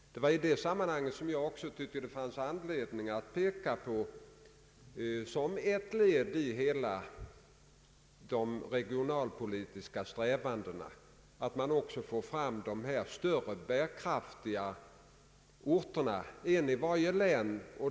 I detta sammanhang betonade jag att det fanns anledning att såsom ett led i de regionalpolitiska strävandena skapa dessa större bärkraftiga orter, en i varje län.